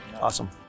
Awesome